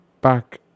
back